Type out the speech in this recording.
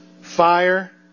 Fire